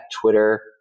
Twitter